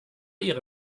ihre